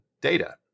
data